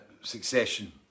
Succession